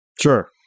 Sure